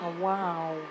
Wow